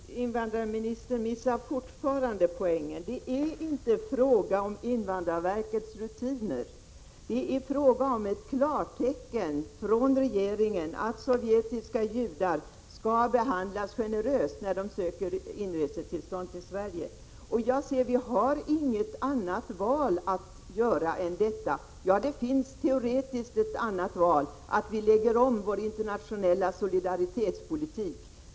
Herr talman! Invandrarministern missar fortfarande poängen. Det är inte fråga om invandrarverkets rutiner, utan om ett klartecken från regeringen att sovjetiska judar skall behandlas generöst när de ansöker om tillstånd till inresa i Sverige. Vi kan inte välja någon annan väg. Teoretiskt finns det ett annat val, nämligen att vi ändrar vår internationella solidaritetspolitik.